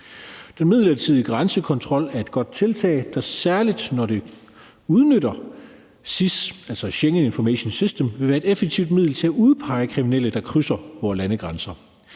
Den midlertidige grænsekontrol er et godt tiltag, der, særlig når det udnytter SIS, altså Schengen Information System, vil være et effektivt middel til at udpege kriminelle, der krydser vore landegrænser.